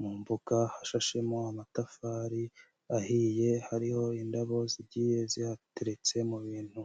mu mbuga hashashemo amatafari ahiye, hariho indabo zigiye zihateretse mu bintu.